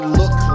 look